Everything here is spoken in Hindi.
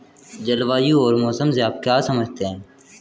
जलवायु और मौसम से आप क्या समझते हैं?